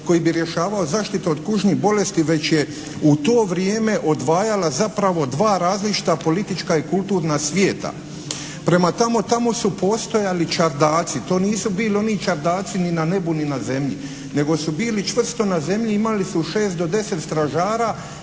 koji bi rješavao zaštitu od kužnih bolesti već je u to vrijeme odvajala zapravo dva različita politička i kulturna svijeta. Prema tome tamo su postojali čardaci, to nisu bili oni čardaci ni na nebu ni na zemlji nego su bili čvrsto na zemlji, imali su 6 do 10 stražara